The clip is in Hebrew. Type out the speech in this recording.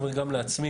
אני אומר גם לעצמי,